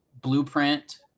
blueprint